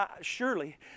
surely